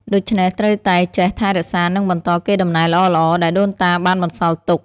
ដូច្នេះត្រូវតែចេះថែរក្សា និងបន្តកេរដំណែលល្អៗដែលដូនតាបានបន្សល់ទុក។